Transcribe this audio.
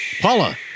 Paula